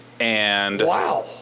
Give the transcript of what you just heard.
Wow